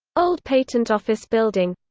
old patent office building